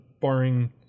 barring